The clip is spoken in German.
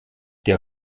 der